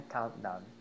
Countdown